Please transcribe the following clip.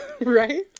Right